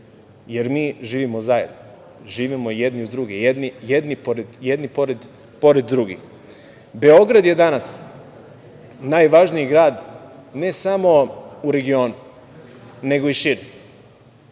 jer mi živimo zajedno. Živimo jedni uz druge, živimo jedni pored drugih. Beograd je danas najvažniji grad, ne samo u regionu, nego i šire.